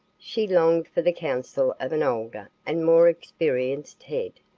she longed for the counsel of an older and more experienced head,